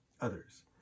others